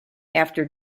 after